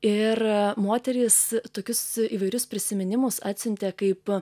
ir moterys tokius įvairius prisiminimus atsiuntė kaip